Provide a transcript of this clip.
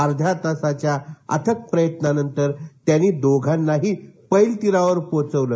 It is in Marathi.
अर्ध्या तासाच्या अथक प्रयत्नानतर त्यांनी दोघांनाही पैलतीरावर पोहोचवलं